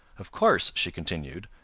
of course, she continued.